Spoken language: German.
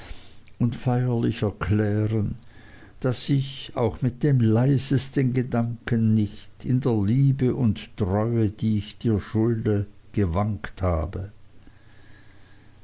und feierlich erklären daß ich auch mit den leisesten gedanken nicht in der liebe und treue die ich dir schulde gewankt habe